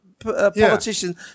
politician